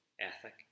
ethic